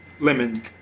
lemon